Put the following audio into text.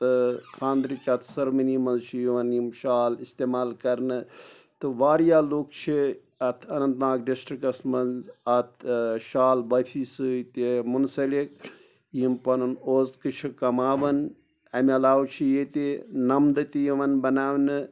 تہٕ خانٛدرٕچ اَتھ سَرمٔنی منٛز چھِ یِوان یِم شال استعمال کرنہٕ تہٕ واریاہ لُکھ چھِ اَتھ اننت ناگ ڈِسٹِرٛکَس منٛز اَتھ شال بٲفی سۭتۍ مُنسٔلِک یِم پَنُن اوزکہٕ چھِ کماوَان امہِ علاوٕ چھِ ییٚتہِ نَمدٕ تہِ یِوان بناونہٕ